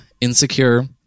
insecure